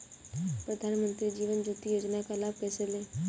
प्रधानमंत्री जीवन ज्योति योजना का लाभ कैसे लें?